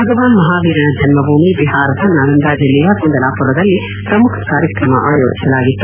ಭಗವಾನ್ ಮಹಾವೀರನ ಜನ್ನಭೂಮಿ ಬಿಹಾರದ ನಳಂದಾ ಜಿಲ್ಲೆಯ ಕುಂದಲಾಪುರದಲ್ಲಿ ಪ್ರಮುಖ ಕಾರ್ಯಕ್ರಮ ಆಯೋಜಿಸಲಾಗಿತ್ತು